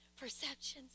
perceptions